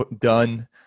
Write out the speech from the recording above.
done